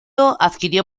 adquirió